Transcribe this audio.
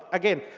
again,